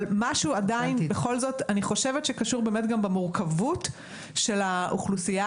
אבל בכל זאת בגלל המורכבות של האוכלוסייה